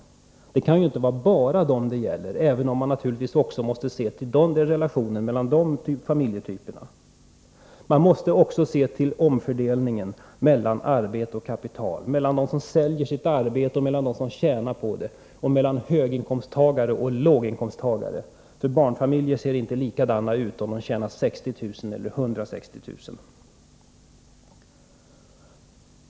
Det kan ju inte vara bara dem det gäller, även om man också måste se till relationen mellan de båda familjetyperna. Man måste också se till omfördelningen mellan arbete och kapital, mellan dem som säljer sitt arbete och dem som tjänar på det, för barnfamiljer ser inte likadana ut om de tjänar 60 000 eller 160 000.